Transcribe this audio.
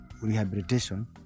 rehabilitation